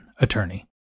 attorney